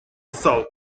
south